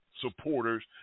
Supporters